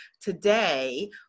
today